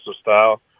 style